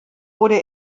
wurde